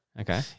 Okay